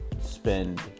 spend